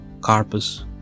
Carpus